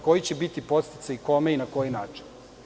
Koji će biti podsticaj kome i na koji način?